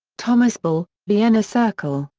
thomas uebel, vienna circle,